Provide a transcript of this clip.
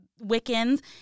Wiccans